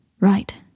Right